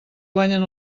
guanyen